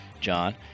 John